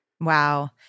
Wow